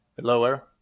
lower